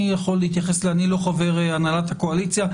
אני יכול להתייחס אני לא חבר הנהלת הקואליציה,